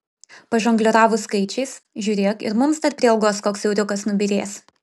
pažongliravus skaičiais žiūrėk ir mums dar prie algos koks euriukas nubyrės